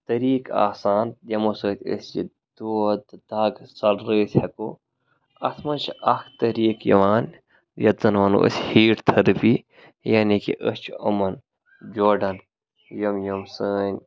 طریٖق آسان یِمَو سۭتۍ أسۍ یہِ دود تہٕ دَگ ژَلٕرٲیِتھ ہٮ۪کو اَتھ منٛز چھِ اَکھ طٔریٖق یِوان یَتھ زَن وَنو أسۍ ہیٖٹ تھٔرپی یعنے کہِ أسۍ چھِ یِمَن جوڑَن یِم یِم سٲنۍ